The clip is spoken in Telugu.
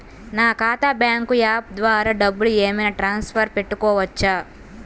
నా ఖాతా బ్యాంకు యాప్ ద్వారా డబ్బులు ఏమైనా ట్రాన్స్ఫర్ పెట్టుకోవచ్చా?